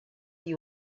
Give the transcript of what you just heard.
you